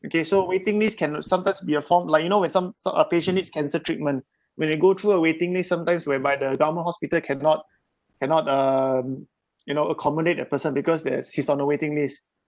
okay so waiting list can sometimes be a form like you know when some some a patient needs cancer treatment when they go through a waiting list sometimes whereby the government hospital cannot cannot um you know accommodate a person because they're he's on the waiting list